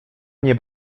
mnie